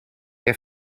què